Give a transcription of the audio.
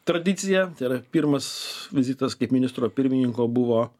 tradiciją tai yra pirmas vizitas kaip ministro pirmininko buvo